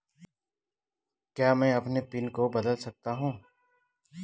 क्या मैं अपने पिन को बदल सकता हूँ?